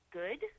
good